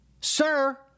sir